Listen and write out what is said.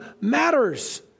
matters